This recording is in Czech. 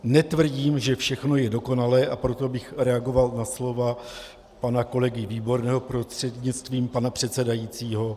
Netvrdím, že všechno je dokonalé, a proto bych reagoval na slova pana kolegy Výborného prostřednictvím pana předsedajícího.